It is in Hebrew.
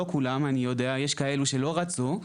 לא כולם אני יודע יש כאלו שלא רצו,